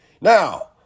Now